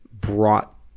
brought